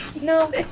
no